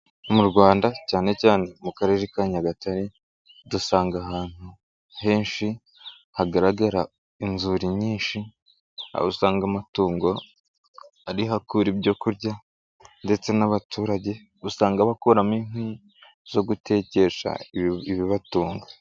Mu Rwanda cyane cyane mu karere ka Nyagatare, dusanga ahantu henshi hagaragara inzuri nyinshi, aho usanga amatungo ariho akura ibyo kurya ndetse n'abaturage usanga bakuramo inkwi zo gutetekesha ibibatunga.